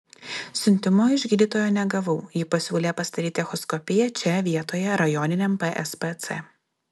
siuntimo iš gydytojo negavau ji pasiūlė pasidaryti echoskopiją čia vietoje rajoniniam pspc